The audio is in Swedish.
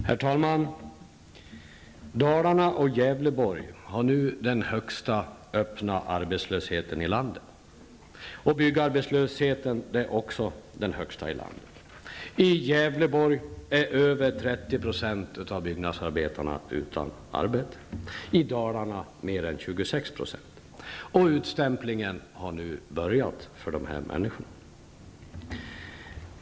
Herr talman! Dalarna och Gävleborg har nu den högsta öppna arbetslösheten i landet. Byggarbetslösheten är också den högsta i landet. I Gävleborg är över 30 % av byggnadsarbetarna utan arbete. I Dalarna mer än 26 %. Utstämplingen har nu börjat för de här människorna.